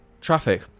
Traffic